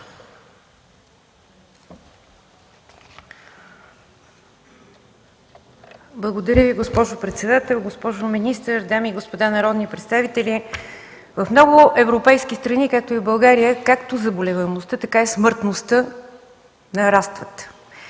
Благодаря Ви, госпожо председател. Госпожо министър, дами и господа народни представители! В много европейски страни, както и в България, и заболеваемостта, и смъртността нарастват.